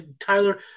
Tyler